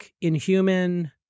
inhuman